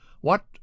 What